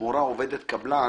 "מורה עובדת קבלן",